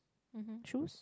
(uh huh) truth